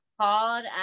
called